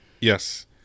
yes